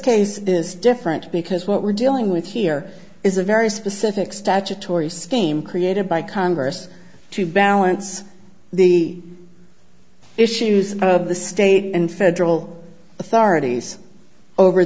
case is different because what we're dealing with here is a very specific statutory scheme created by congress to balance the issues of the state and federal authorities over